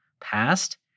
past